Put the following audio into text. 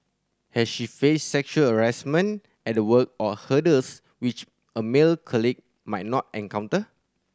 has she faced sexual harassment at work or hurdles which a male colleague might not encounter